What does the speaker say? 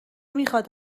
میخاد